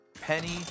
Penny